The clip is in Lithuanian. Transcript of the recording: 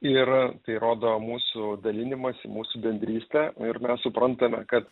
ir tai rodo mūsų dalinimąsi mūsų bendrystė ir suprantame kad